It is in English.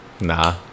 Nah